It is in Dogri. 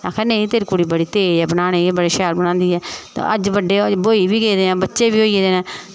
आखा दे नेईं तेरी कुड़ी बड़ी तेज़ ऐ एह् बड़े शैल बनांदी ऐ ते अज्ज ब्होई बी गेदे आं बच्चे बी होई दे न